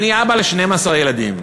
אני אבא ל-12 ילדים,